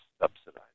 subsidized